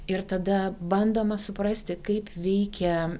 ir tada bandoma suprasti kaip veikia